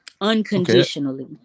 Unconditionally